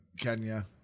Kenya